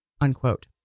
unquote